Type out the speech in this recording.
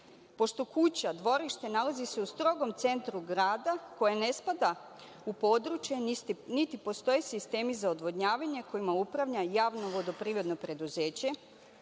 pošto kuća, dvorište, nalazi se u strogom centru grada koje ne spada u područje, niti postoje sistemi za odvodnjavanje kojima upravlja javno vodoprivredno preduzeće.